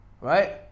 right